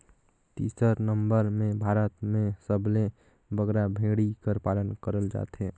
तीसर नंबर में भारत में सबले बगरा भेंड़ी कर पालन करल जाथे